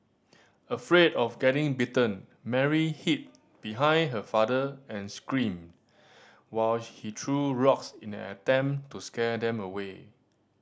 afraid of getting bitten Mary hid behind her father and screamed while he threw rocks in an attempt to scare them away